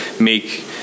make